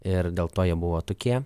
ir dėl to jie buvo tokie